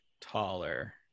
taller